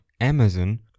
Amazon